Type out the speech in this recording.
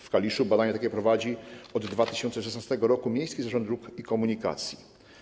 W Kaliszu badania takie prowadzi od 2016 r. miejski zarząd dróg i komunikacji.